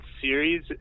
series